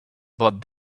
but